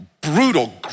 Brutal